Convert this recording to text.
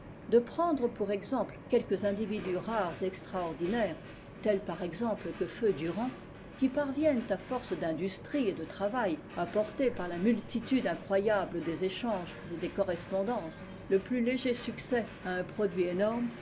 de prendre pour exemples quelques individus rares et extraordinaires tels par exemple que feu durand qui parviennent à force d'industrie et de travail à porter par la multitude incroyable des échanges et des correspondances le plus léger succès à un produit énorme